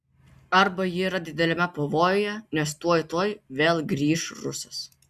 arba ji yra dideliame pavojuje nes tuoj tuoj vėl grįš rusas